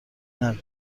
نگو